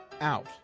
out